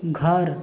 घर